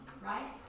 Right